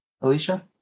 Alicia